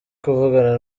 kuvugana